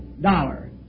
dollar